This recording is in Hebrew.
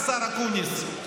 השר אקוניס,